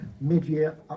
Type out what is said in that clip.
Mid-Year